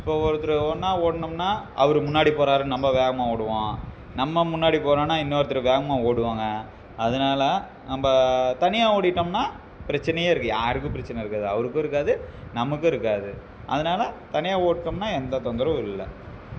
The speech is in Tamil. இப்போ ஒருத்தர் ஒன்னா ஓடினோம்னா அவர் முன்னாடி போறாருன்னு நம்ப வேகமா ஓடுவோம் நம்ம முன்னாடி போகிறோன்னா இன்னோருத்தர் வேகமாக ஓடுவாங்க அதனாலே நம்ப தனியாக ஓடிட்டோம்னால் பிரச்சினையே இருக்குது யாருக்கும் பிரச்சினை இருக்காது அவருக்கும் இருக்காது நமக்கும் இருக்காது அதனால தனியாக ஓடிட்டோம்னா எந்த தொந்தரவும் இல்லை